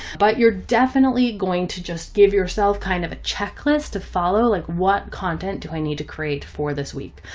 but you're definitely going to just give yourself kind of a checklist follow. like what content do i need to create for this week?